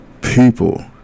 people